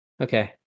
Okay